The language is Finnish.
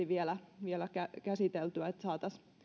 vielä vielä käsiteltyä niin että saataisiin